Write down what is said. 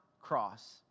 cross